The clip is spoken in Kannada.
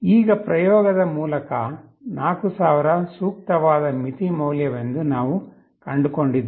ಈಗ ಪ್ರಯೋಗದ ಮೂಲಕ 4000 ಸೂಕ್ತವಾದ ಮಿತಿ ಮೌಲ್ಯವೆಂದು ನಾವು ಕಂಡುಕೊಂಡಿದ್ದೇವೆ